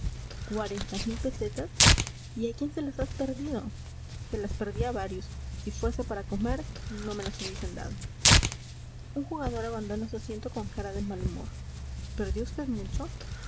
cuarenta mil pesetas y a quién se las has perdido se las perdí a varios si fuese para comer no me las hubiesen dado un jugador abandona su asiento con cara de malhumor perdió usted mucho